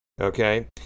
Okay